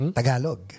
tagalog